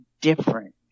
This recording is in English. different